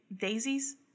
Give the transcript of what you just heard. daisies